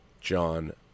John